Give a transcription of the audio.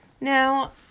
Now